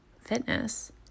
fitness